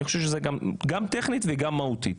אני חושב שזה גם טכני וגם מהותי.